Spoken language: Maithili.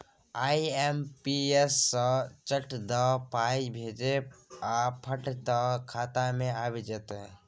आई.एम.पी.एस सँ चट दअ पाय भेजब आ पट दअ खाता मे आबि जाएत